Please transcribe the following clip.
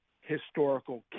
historical